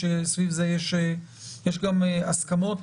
יש הסכמות.